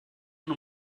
nun